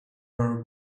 are